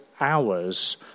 hours